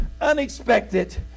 unexpected